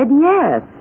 yes